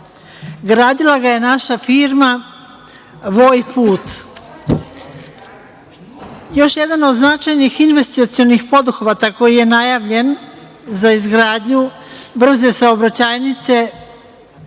Gradila ga je naša firma „Vojput“.Još jedan od značajnih investicionih poduhvata koji je najavljen za izgradnju brze saobraćajnice